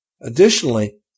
Additionally